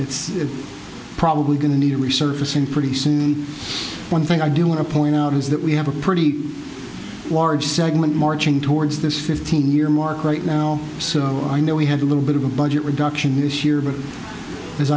it's probably going to need resurfacing pretty soon one thing i do want to point out is that we have a pretty large segment marching towards this fifteen year mark right now i know we had a little bit of a budget reduction this year but